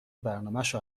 برنامشو